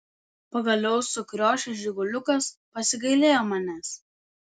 pagaliau sukriošęs žiguliukas pasigailėjo manęs